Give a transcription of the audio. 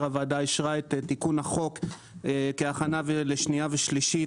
הוועדה אישרה את תיקון החוק כהכנה לקריאה שנייה ושלישית